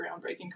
groundbreaking